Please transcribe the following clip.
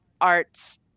arts